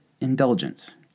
indulgence